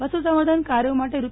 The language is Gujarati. પશુ સંવર્ધન કાર્યો માટે રૂ